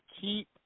keep